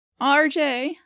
RJ